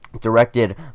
directed